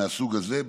מהסוג הזה,